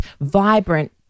vibrant